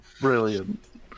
brilliant